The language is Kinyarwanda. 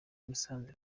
musanze